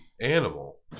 animal